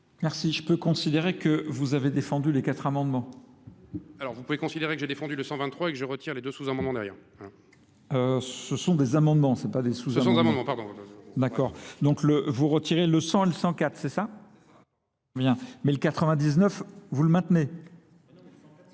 Merci. Je peux considérer que vous avez défendu les quatre amendements. — Alors vous pouvez considérer que j'ai défendu le 123 et que je retire les deux sous-amendements derrière. — Ce sont des amendements, c'est pas des sous-amendements. — Ce sont des amendements, pardon. — pardon. — pardon. — D'accord. Donc vous retirez le 100 et le 104, c'est ça ? Bien. Mais le 99, vous le maintenez.